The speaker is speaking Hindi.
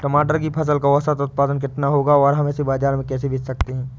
टमाटर की फसल का औसत उत्पादन कितना होगा और हम इसे बाजार में कैसे बेच सकते हैं?